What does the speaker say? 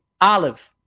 olive